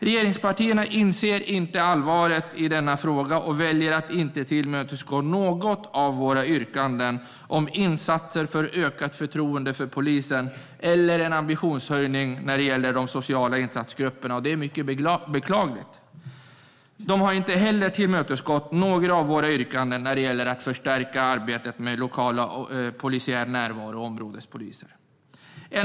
Regeringspartierna inser inte frågans allvar och väljer att inte tillmötesgå något av våra yrkanden om insatser för att öka förtroendet för polisen och om en ambitionshöjning när det gäller de sociala insatsgrupperna. Det är mycket beklagligt. Man har inte heller tillmötesgått några av våra yrkanden om att förstärka arbetet med lokal polisiär närvaro och områdespoliser. Fru talman!